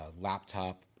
laptop